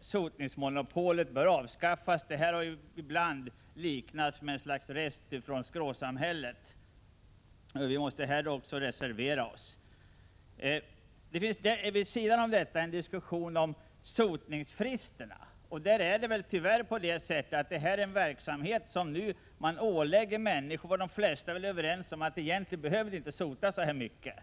sotningsmonopolet bör avskaffas. Det har ibland liknats vid ett slags rest från skråsamhället. Vi måste således reservera oss på denna punkt. Vid sidan av frågan om monopolet finns en diskussion om sotningsfristerna. Sotning är något som man ålägger människor även om de flesta nog är överens om att vi inte behöver sota så mycket som vi gör.